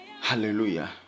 Hallelujah